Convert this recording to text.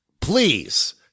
please